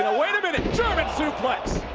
and wait a minute, german suplex.